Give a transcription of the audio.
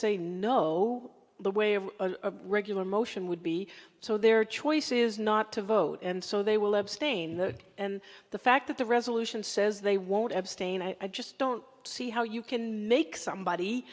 say no the way a regular motion would be so their choice is not to vote and so they will abstain and the fact that the resolution says they won't abstain i just don't see how you can make somebody